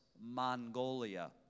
Mongolia